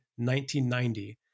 1990